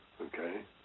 Okay